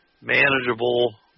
manageable